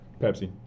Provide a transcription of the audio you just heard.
Pepsi